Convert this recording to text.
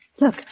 Look